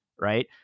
right